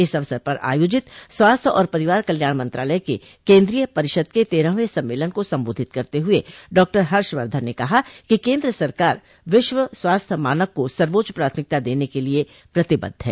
इस अवसर पर आयोजित स्वास्थ्य और परिवार कल्याण मंत्रालय के केन्द्रीय परिषद के तेरहवें सम्मेलन को सम्बोधित करते हुए डॉक्टर हर्षवर्धन ने कहा कि केन्द्र सरकार विश्व स्वास्थ्य मानक को सर्वोच्च प्राथमिकता देने के लिए प्रतिबद्ध है